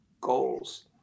goals